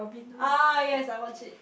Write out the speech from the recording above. ah yes I watched it